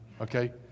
okay